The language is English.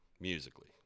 musically